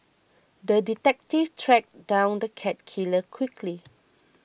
the detective tracked down the cat killer quickly